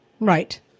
Right